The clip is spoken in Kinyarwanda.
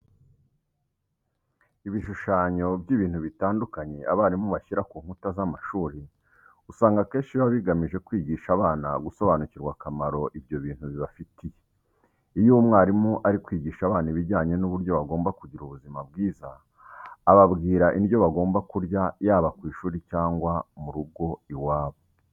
Ibishushanyo by'ibintu bitandukanye abarimu bashyira ku nkuta z'amashuri usanga akenshi biba bigamije kwigisha abana gusobanukirwa akamaro ibyo bintu bibafitiye. Iyo umwarimu ari kwigisha abana ibijyanye n'uburyo bagomba kugira ubuzima bwiza, ababwira indyo bagomba kurya yaba ku ishuri cyangwa mu rugo iwabo.